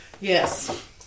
Yes